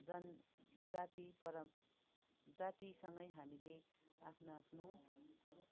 जनजाति परम जातिसँगै हामीले आफ्नो आफ्नो